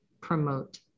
promote